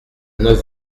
neuf